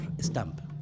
stamp